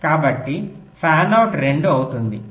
కాబట్టి fan out రెండు అవుతుంది